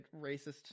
racist